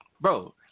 bro